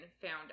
found